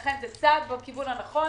לכן זה צעד בכיוון הנכון.